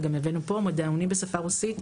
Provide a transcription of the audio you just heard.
וגם הבאנו לכאן מידעונים בשפה הרוסית,